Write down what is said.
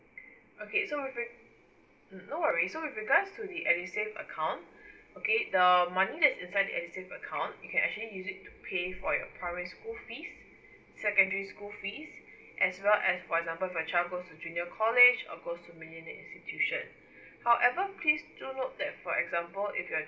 okay so with re mm no worries so with regards to the edusave account okay the money that's inside the edusave account you can actually use it pay for your primary school fees secondary school fees as well as for example if your child goes to junior college or goes to millennia insitution however please do note that for example if your